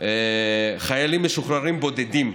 חיילים משוחררים בודדים,